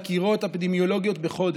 חקירות אפידמיולוגיות בחודש.